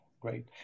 great